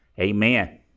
Amen